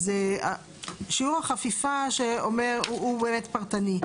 אז שיעור החפיפה שאומר, הוא באמת פרטני.